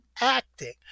acting